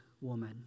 woman